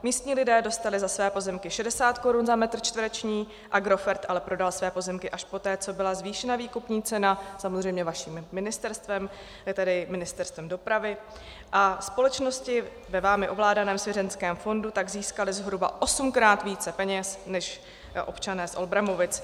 Místní lidé dostali za své pozemky 60 korun za metr čtvereční, Agrofert ale prodal své pozemky až poté, co byla zvýšena výkupní cena, samozřejmě vaším ministerstvem, tedy Ministerstvem dopravy, a společnosti ve vámi ovládaném svěřenském fondu tak získaly zhruba osmkrát více peněz než občané z Olbramovic.